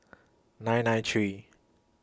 nine nine three